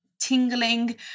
tingling